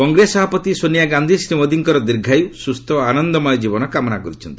କଂଗ୍ରେସ ସଭାପତି ସୋନିଆ ଗାନ୍ଧୀ ଶ୍ରୀ ମୋଦିଙ୍କର ଦୀର୍ଘାୟୁ ସୁସ୍ଥ ଓ ଆନନ୍ଦମୟ ଜୀବନ କାମନା କରିଛନ୍ତି